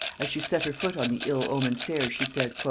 as she set her foot on the ill-omened stairs, she said,